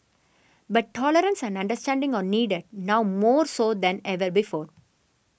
but tolerance and understanding are needed now more so than ever before